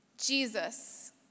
Jesus